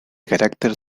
carácter